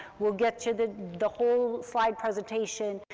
we'll get you the the whole slide presentation,